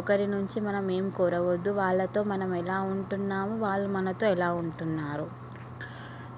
ఒకరితో ఎలా ఉన్నాము ఒకరి ఒకరి నుంచి మనం ఏమి కోరవద్దు వాళ్ళతో మనం ఎలా ఉంటున్నాము వాళ్ళు మనతో ఎలా ఉంటున్నారు